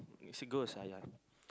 is a ghost ah yeah